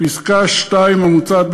לפסקה (2) המוצעת,